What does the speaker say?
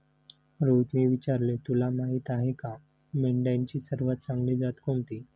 रोहितने विचारले, तुला माहीत आहे का मेंढ्यांची सर्वात चांगली जात कोणती?